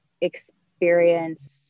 experience